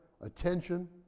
attention